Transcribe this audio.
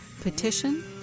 petition